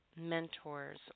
mentors